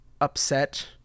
upset